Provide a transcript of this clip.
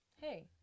Hey